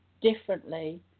differently